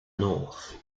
north